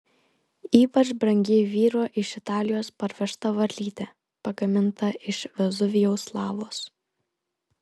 ypač brangi vyro iš italijos parvežta varlytė pagaminta iš vezuvijaus lavos